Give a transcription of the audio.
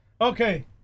Okay